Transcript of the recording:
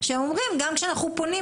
שהם אומרים גם כשאנחנו פונים,